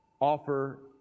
offer